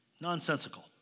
Nonsensical